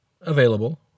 available